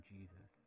Jesus